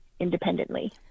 Independently